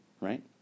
Right